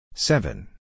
Seven